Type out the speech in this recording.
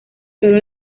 sólo